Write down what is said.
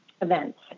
events